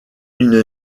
une